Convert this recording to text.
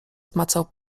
zmacał